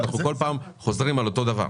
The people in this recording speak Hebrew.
אנחנו בכל פעם חוזרים על אותו דבר.